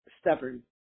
stubborn